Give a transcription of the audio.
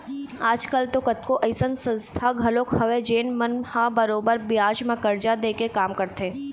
आज कल तो कतको अइसन संस्था घलोक हवय जेन मन ह बरोबर बियाज म करजा दे के काम करथे